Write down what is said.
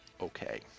okay